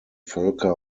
völker